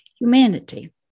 humanity